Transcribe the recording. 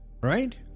Right